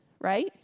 right